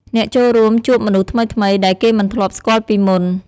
អ្នកចូលរួមជួបមនុស្សថ្មីៗដែលគេមិនធ្លាប់ស្គាល់ពីមុន។